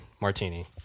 martini